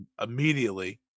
immediately